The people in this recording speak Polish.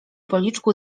policzku